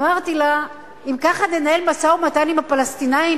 אמרתי לה: אם ככה ננהל משא-ומתן עם הפלסטינים,